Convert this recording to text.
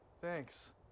Thanks